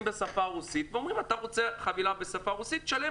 בשפה הרוסית ואומרים להם שאם הם רוצים חבילה בשפה הרוסית שלם.